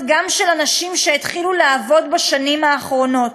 של אנשים שהתחילו לעבוד בשנים האחרונות,